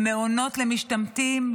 למעונות למשתמטים,